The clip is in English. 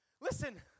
Listen